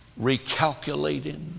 Recalculating